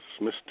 Mr